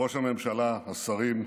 ראש הממשלה, השרים,